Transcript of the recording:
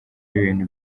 ibintu